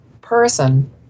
person